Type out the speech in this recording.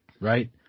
Right